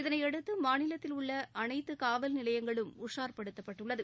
இதனையடுத்து மாநிலத்தில் உள்ள அனைத்து காவல் நிலையங்களும் உஷார்படுத்தப்பட்டுள்ளது